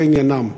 זה עניינם.